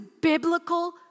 biblical